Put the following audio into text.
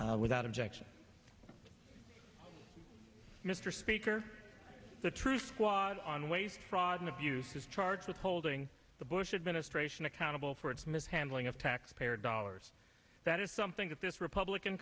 without objection mr speaker the truth squad on waste fraud and abuse is charged with holding the bush administration accountable for its mishandling of taxpayer dollars that is something that this republican